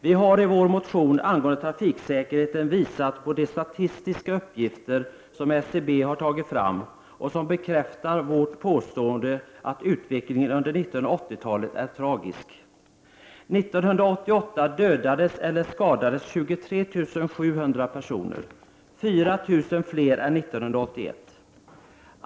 Vi har i vår motion angående trafiksäkerheten visat på de statistiska upp gifter som statistiska centralbyrån har tagit fram och som bekräftar vårt påstående att utvecklingen under 1980-talet är tragisk. 1988 dödades eller skadades 23 700 personer, 4 000 fler än 1981.